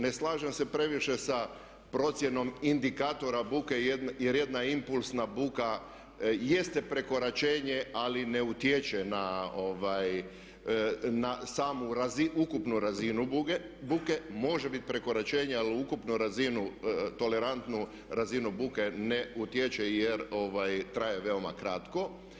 Ne slažem se previše sa procjenom indikatora buke jer jedna impulsna buka jeste prekoračenje ali ne utječe na samu ukupnu razinu buke, može biti prekoračenje ali na ukupnu razinu tolerantnu razinu buke ne utječe jer traje veoma kratko.